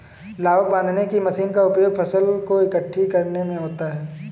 लावक बांधने की मशीन का उपयोग फसल को एकठी करने में होता है